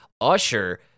Usher